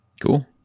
Cool